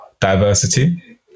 diversity